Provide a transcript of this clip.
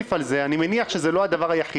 להוסיף על זה: אני מניח שזה לא הדבר היחיד.